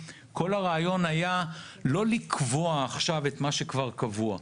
כל הרעיון היה לא לקבוע עכשיו את מה שכבר קבוע,